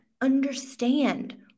understand